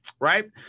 Right